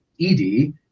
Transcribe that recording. ED